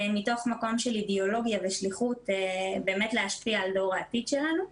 מתוך מקום של אידיאולוגיה ושליחות באמת להשפיע על דור העתיד שלנו,